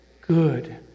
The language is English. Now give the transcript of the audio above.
good